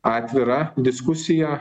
atvira diskusija